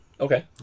Okay